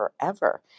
forever